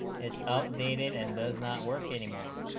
is outdated and does not work anymore